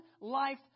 life